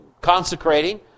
consecrating